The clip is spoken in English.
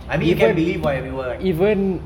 I mean you can believe whatever you want